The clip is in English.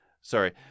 Sorry